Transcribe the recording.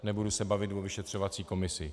Nebudu se bavit o vyšetřovací komisi.